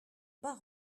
pas